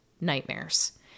nightmares